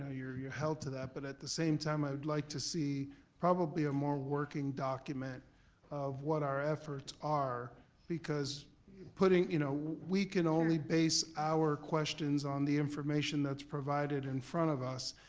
ah you're you're held to that, but at the same time, i'd like to see probably a more working document of what our efforts are because putting, you know we can only base our questions on the information that's provided in front of us,